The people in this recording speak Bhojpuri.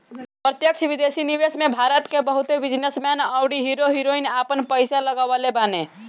प्रत्यक्ष विदेशी निवेश में भारत के बहुते बिजनेस मैन अउरी हीरो हीरोइन आपन पईसा लगवले बाने